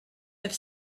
have